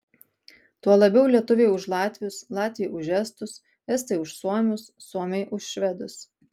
tuo labiau lietuviai už latvius latviai už estus estai už suomius suomiai už švedus